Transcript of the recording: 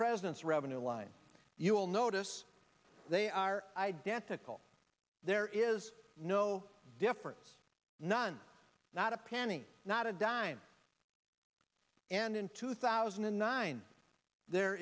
president's revenue line you will notice they are identical there is no difference none not a penny not a dime and in two thousand and nine there